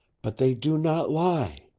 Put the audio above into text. but they do not lie.